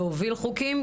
להוביל חוקים,